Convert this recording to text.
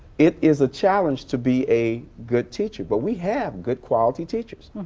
it is a challenge to be a good teacher. but we have good quality teachers.